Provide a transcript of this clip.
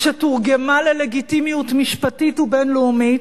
שתורגמה ללגיטימיות משפטית ובין-לאומית,